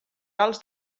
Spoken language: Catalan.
alts